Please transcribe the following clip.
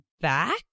back